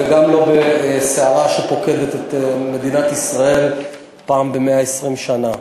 וגם לא בסערה שפוקדת את מדינת ישראל פעם ב-120 שנה.